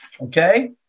Okay